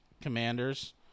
commanders